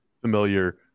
familiar